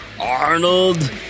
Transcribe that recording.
Arnold